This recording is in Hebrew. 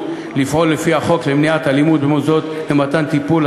לפעול לפי חוק למניעת אלימות במוסדות למתן טיפול,